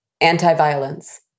anti-violence